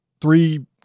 three